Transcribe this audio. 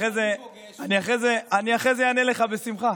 אחרי זה אענה לך בשמחה.